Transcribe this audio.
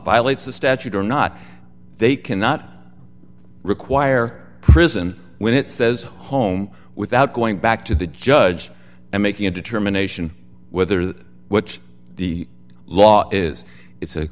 violates the statute or not they cannot require prison when it says home without going back to the judge and making a determination whether that what the law is it's